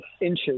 inches